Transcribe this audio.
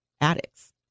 addicts